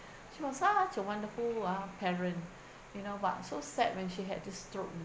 she was such a wonderful ah parent you know but so sad when she had this stroke you know